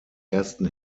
ersten